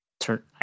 Turn